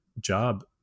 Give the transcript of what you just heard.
job